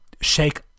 shake